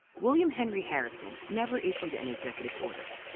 william henry harrison never issued an executive order,